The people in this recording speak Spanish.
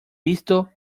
visto